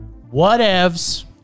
Whatevs